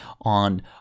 on